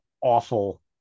awful